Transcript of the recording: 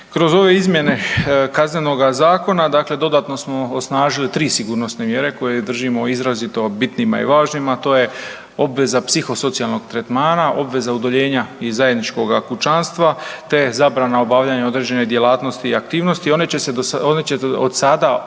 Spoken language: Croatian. kroz ove izmjene KZ-a dodatno smo osnažili tri sigurnosne mjere koje držimo izrazito bitnima i važnim, a to je obveza psihosocijalnog tretmana, obveza udaljenja iz zajedničkog kućanstva te zbrana obavljanja određene djelatnosti i aktivnosti, one će se od sada izricati